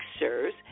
mixers